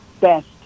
best